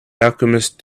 alchemist